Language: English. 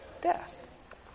death